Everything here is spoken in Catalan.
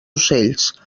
ocells